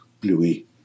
bluey